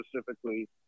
specifically